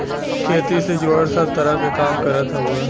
खेती से जुड़ल सब तरह क काम करत हउवे